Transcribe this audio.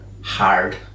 hard